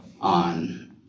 on